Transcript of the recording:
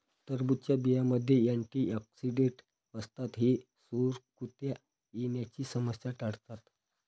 टरबूजच्या बियांमध्ये अँटिऑक्सिडेंट असतात जे सुरकुत्या येण्याची समस्या टाळतात